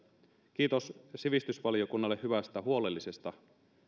kiitos sivistysvaliokunnalle hyvästä huolellisesta